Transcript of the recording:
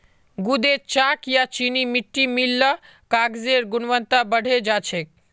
गूदेत चॉक या चीनी मिट्टी मिल ल कागजेर गुणवत्ता बढ़े जा छेक